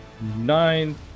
nine